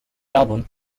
album